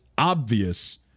obvious